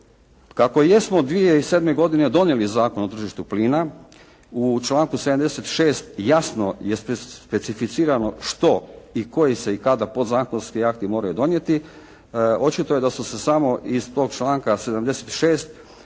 Kako jesmo 2007. godine donijeli Zakon o tržištu plina, u članku 76. jasno je specificirano što i koji se i kada podzakonski akti moraju donijeti, očito je da su se samo iz tog članka 76.